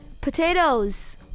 Potatoes